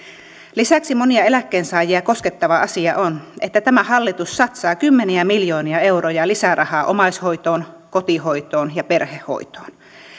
lisäksi monia eläkkeensaajia koskettava asia on että tämä hallitus satsaa kymmeniä miljoonia euroja lisärahaa omaishoitoon kotihoitoon ja perhehoitoon